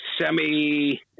semi